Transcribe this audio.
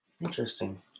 Interesting